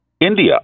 India